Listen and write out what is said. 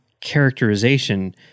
characterization